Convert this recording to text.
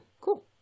Cool